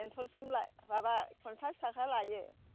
बेंटलसिम माबा पन्चास थाखा लायो